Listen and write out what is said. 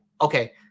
okay